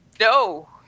No